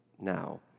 now